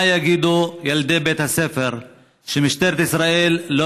מה יגידו ילדי בית הספר שמשטרת ישראל לא